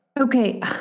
Okay